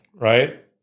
right